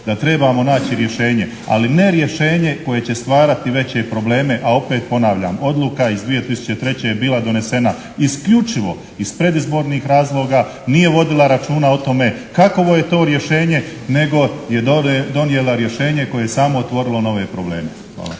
da trebamo naći rješenje ali ne rješenje koje će stvarati veće probleme. A opet ponavljam, odluka iz 2003. je bila donesena isključivo iz predizbornih razloga, nije vodila računa o tome kakvo je to rješenje, nego je donijela rješenje koje je samo otvorilo nove probleme. Hvala.